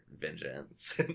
vengeance